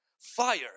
Fire